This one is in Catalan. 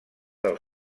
del